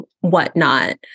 whatnot